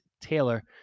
Taylor